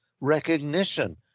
recognition